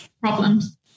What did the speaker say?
problems